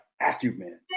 acumen